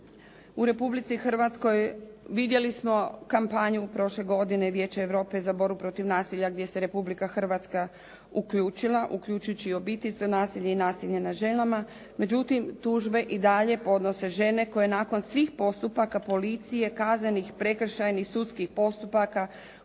U Republici Hrvatskoj vidjeli smo kampanju prošle godine Vijeća Europe za borbu protiv nasilja gdje se Republika Hrvatska uključila, uključujući obiteljsko nasilje i nasilje nad ženama. Međutim, tužbe i dalje podnose žene koje nakon svih postupaka policije, kaznenih, prekršajnih, sudskih postupaka,